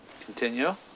Continue